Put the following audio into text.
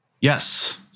Yes